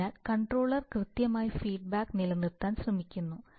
അതിനാൽ കൺട്രോളർ കൃത്യമായി ഫീഡ്ബാക്ക് നിലനിർത്താൻ ശ്രമിക്കുന്നു